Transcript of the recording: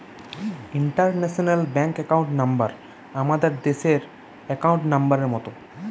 international bank account number আমাদের দেশের account নম্বরের মত